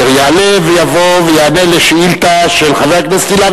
אשר יעלה ויבוא ויענה על שאילתא של חבר הכנסת אילן